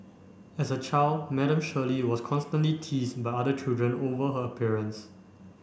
as a child Madam Shirley was constantly teased by other children over her appearance